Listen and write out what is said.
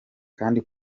kandi